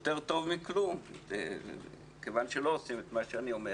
יותר טוב מכלום, מכיוון שלא עושים את מה שאני אומר